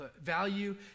value